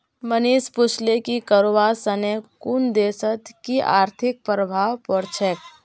मनीष पूछले कि करवा सने कुन देशत कि आर्थिक प्रभाव पोर छेक